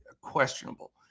questionable